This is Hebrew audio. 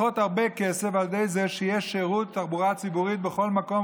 חוסכות הרבה כסף על ידי זה שיש שירות תחבורה ציבורית בכל מקום,